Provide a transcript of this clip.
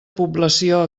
població